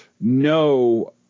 No